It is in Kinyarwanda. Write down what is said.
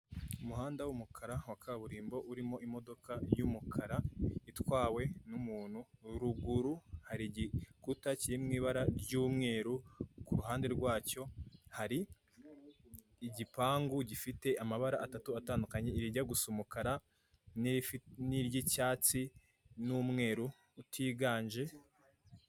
Umuhanda w'umukara wa kaburimbo urimo imodoka y'umukara itwawe n'umuntu, ruguru hari igikuta kiri mu ibara ry'umweru, ku ruhande rwacyo, hari igipangu gifite amabara atatu agiye atandukanye; irijya gusa umukara, n'iry'icyatse, n'umweru utiganje,